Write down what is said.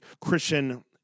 Christian